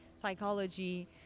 psychology